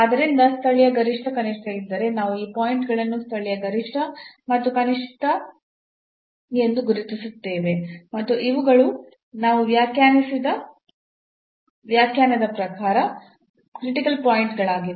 ಆದ್ದರಿಂದ ಸ್ಥಳೀಯ ಗರಿಷ್ಠ ಕನಿಷ್ಠ ಇದ್ದರೆ ನಾವು ಆ ಪಾಯಿಂಟ್ ಗಳನ್ನು ಸ್ಥಳೀಯ ಗರಿಷ್ಠ ಮತ್ತು ಕನಿಷ್ಠ ಎಂದು ಗುರುತಿಸುತ್ತೇವೆ ಮತ್ತು ಇವುಗಳು ನಾವು ವ್ಯಾಖ್ಯಾನಿಸಿದ ವ್ಯಾಖ್ಯಾನದ ಪ್ರಕಾರ ಕ್ರಿಟಿಕಲ್ ಪಾಯಿಂಟ್ ಗಳಾಗಿವೆ